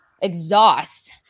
exhaust